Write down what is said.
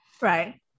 Right